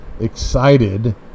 excited